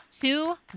two